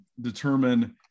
determine